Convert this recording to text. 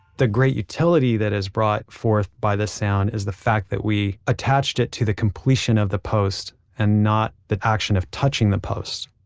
the great utility that is brought forth by this sound is the fact that we attached it to the completion of the post and not the action of touching the post.